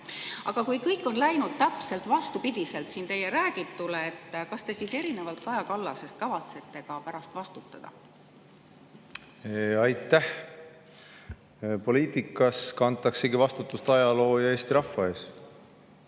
Aga kui kõik on läinud täpselt vastupidi teie räägitule, siis kas teie, erinevalt Kaja Kallasest, kavatsete ka pärast vastutada? Aitäh! Poliitikas kantaksegi vastutust ajaloo ja Eesti rahva ees.